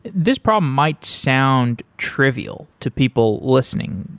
this problem might sound trivial to people listening,